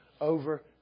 over